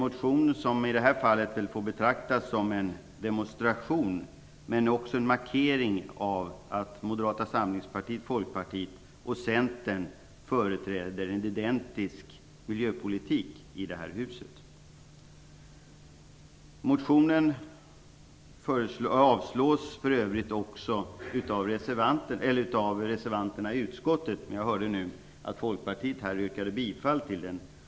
Motionen kan i det här fallet betraktas som en demonstration och också som en markering av att Moderata samlingspartiet, Folkpartiet och Centern företräder en identisk miljöpolitik. För övrigt avstyrker reservanterna i utskottet motionen. Men jag hörde nu att Folkpartiet yrkade bifall till motionen.